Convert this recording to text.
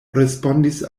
respondis